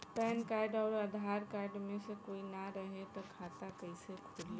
Pan card आउर Aadhaar card मे से कोई ना रहे त खाता कैसे खुली?